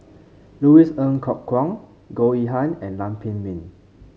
Louis Ng Kok Kwang Goh Yihan and Lam Pin Min